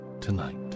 tonight